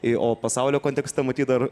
į o pasaulio kontekste matyt dar